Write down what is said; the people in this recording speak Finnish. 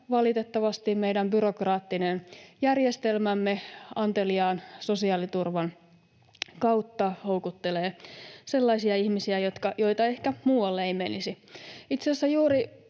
valitettavasti meidän byrokraattinen järjestelmämme anteliaan sosiaaliturvan kautta houkuttelee sellaisia ihmisiä, joita ehkä muualle ei menisi.